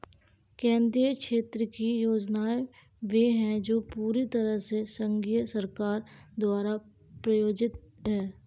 केंद्रीय क्षेत्र की योजनाएं वे है जो पूरी तरह से संघीय सरकार द्वारा प्रायोजित है